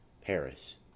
Paris